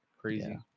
crazy